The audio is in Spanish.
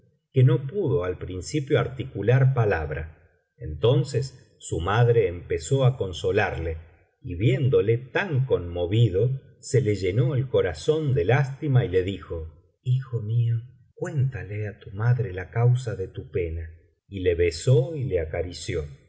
que no pudo al principio articular palabra entonces su madre empezó á consolarle y viéndole tan conmovido se le llenó el corazón de lástima y le dijo hijo mío cuéntale á tu madre la causa de tu pena y le besó y le acarició